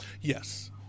Yes